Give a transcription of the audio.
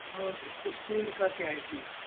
और स्पीड का क्या है इस में